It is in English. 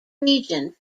region